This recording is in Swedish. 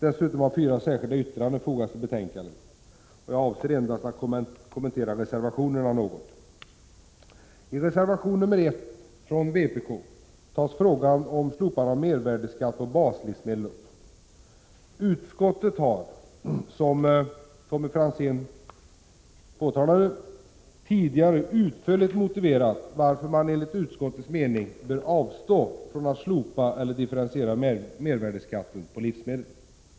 Dessutom har fyra särskilda yttranden fogats till betänkandet. Jag avser endast att kommentera reservationerna något. I reservation nr 1 från vpk tas frågan om ett slopande av mervärdeskatten på baslivsmedel upp. Utskottet har — och det har Tommy Franzén påtalat — tidigare utförligt motiverat varför man enligt utskottets mening bör avstå från att slopa eller differentiera mervärdeskatten på livsmedel.